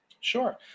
sure